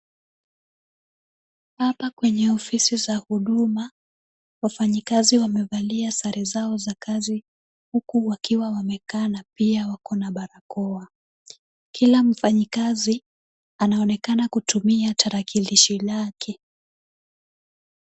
Hapa kwenye ofisi ya Huduma wafanyikazi wamevalia sare zao za kazi huku wakiwa wamekaa na pia wamevaa barakoa. Kila mfanyikazi anaonekana kutumia tarakilishi lake.